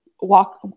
walk